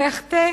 ואחטא